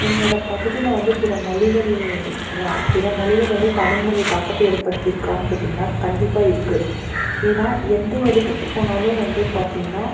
எங்களோடய பகுதியில் வந்து பிறமொழிகள் வ பிறமொழிகள் வந்து தமிழ்மொழி தாக்கத்தை ஏற்படுத்திருக்கான்னு கேட்டிங்கன்னா கண்டிப்பாக இருக்குது ஏன்னால் எந்த இடத்துக்கு போனாலும் வந்து பார்த்திங்கன்னா